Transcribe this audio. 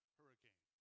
hurricane